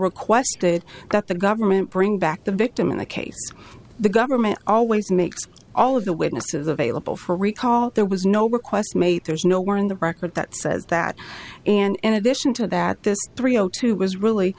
requested that the government bring back the victim in the case the government always makes all of the witnesses available for recall there was no request made there's no one in the record that says that and in addition to that this three o two was really